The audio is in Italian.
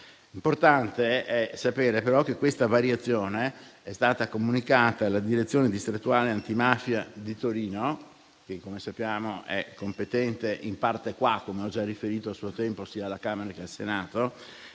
È importante sapere però che questa variazione è stata comunicata alla direzione distrettuale antimafia di Torino, che - come sappiamo - è competente *in parte qua* - come ho già riferito a suo tempo sia alla Camera dei deputati